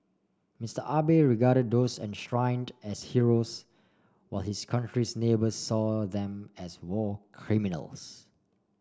Mister Abe regarded those enshrined as heroes while his country's neighbours saw them as war criminals